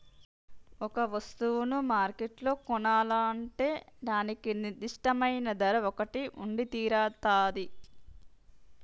ఒక వస్తువును మార్కెట్లో కొనాలంటే దానికి నిర్దిష్టమైన ధర ఒకటి ఉండితీరతాది